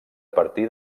partir